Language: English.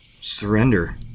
Surrender